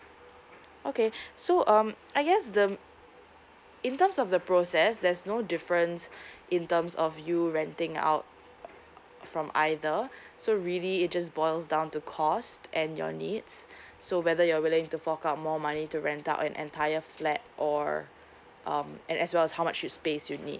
okay so um I guess the in terms of the process there's no difference in terms of you renting out from either so really it just boils down to cost and your needs so whether you're willing to fork out more money to rent out an entire flat or um and as well as how much space you need